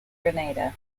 granada